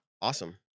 Awesome